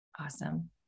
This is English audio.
awesome